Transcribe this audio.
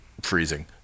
freezing